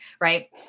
Right